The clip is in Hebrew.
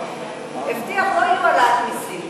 הבטיח שלא תהיה העלאת מסים.